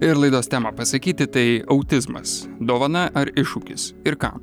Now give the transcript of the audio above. ir laidos temą pasakyti tai autizmas dovana ar iššūkis ir ką